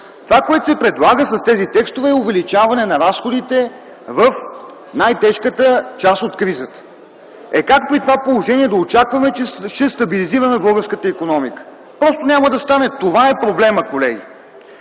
Това, което се предлага вече с тези текстове, е увеличаване на разходите в най-тежката част от кризата. Как при това положение да очакваме, че ще стабилизираме българската икономика? Просто няма да стане. Това е проблемът, колеги!